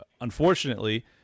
unfortunately